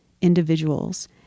individuals